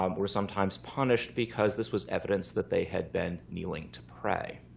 um were sometimes punished because this was evidence that they had been kneeling to pray